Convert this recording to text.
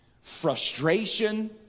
frustration